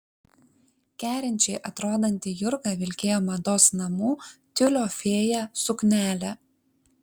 kerinčiai atrodanti jurga vilkėjo mados namų tiulio fėja suknelę